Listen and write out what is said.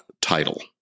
title